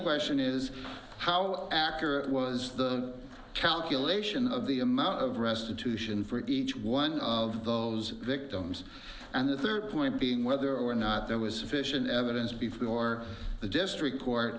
question is how accurate was the calculation of the amount of restitution for each one of those victims and the third point being whether or not there was sufficient evidence before the district court